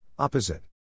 Opposite